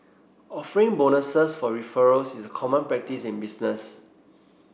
offering bonuses for referrals is common practice in business